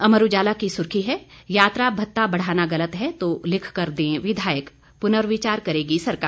अमर उजाला की सुर्खी है यात्रा भत्ता बढ़ाना गलत है तो लिख कर दें विधायक पुनर्विचार करेगी सरकार